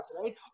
right